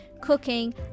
cooking